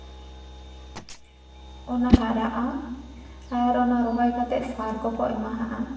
ᱚᱱᱟ ᱦᱟᱨᱟᱜᱼᱟ ᱟᱨ ᱚᱱᱟ ᱨᱚᱦᱚᱭ ᱠᱟᱛᱮ ᱥᱟᱨ ᱠᱚᱠᱚ ᱮᱢᱟᱦᱟᱜᱼᱟ